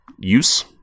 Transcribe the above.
use